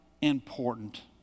important